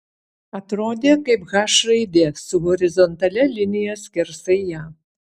atrodė kaip h raidė su horizontalia linija skersai ją